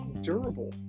durable